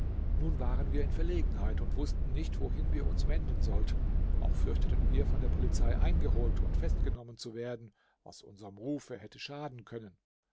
nun waren wir in verlegenheit und wußten nicht wohin wir uns wenden sollten auch fürchteten wir von der polizei eingeholt und festgenommen zu werden was unserm rufe hätte schaden können